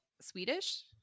Swedish